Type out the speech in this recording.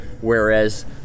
whereas